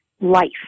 life